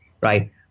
right